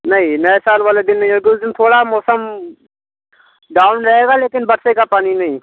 नहीं नए साल वाले दिन नहीं होगा उस दिन थोड़ा मौसम डाउन रहेगा लेकिन बरसेगा पानी नहीं